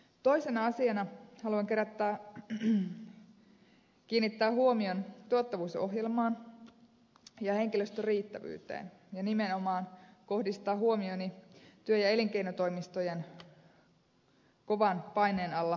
toisena asiana haluan kiinnittää huomion tuottavuusohjelmaan ja henkilöstön riittävyyteen ja nimenomaan kohdistaa huomioni työ ja elinkeinotoimistojen kovan paineen alla työskentelevään henkilöstöön